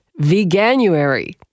Veganuary